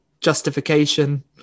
justification